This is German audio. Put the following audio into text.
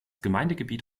gemeindegebiet